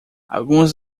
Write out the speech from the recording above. algumas